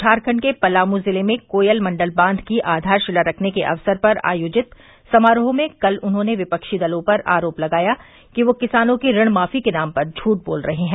झारखंड के पलामू जिले में कोयल मण्डल बांच की आधारशिला रखने के अवसर पर आयोजित समारोह में कल उन्होंने विपक्षी दलों पर आरोप लगाया कि वे किसानों की ऋण माफी के नाम पर झुठ बोल रहे हैं